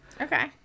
Okay